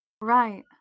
Right